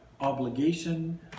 obligation